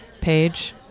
page